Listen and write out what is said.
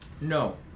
No